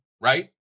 right